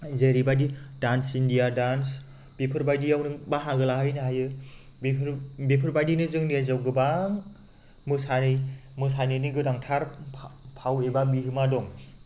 जेरैबायदि dance India dance बेफोरबायदियाव नों बाहागो लाहैनो हायो बेफोरबायदिनो जोंनि रायजोआव गोबां मोसानायनि गोनांथार फाव एबा बिहोमा दं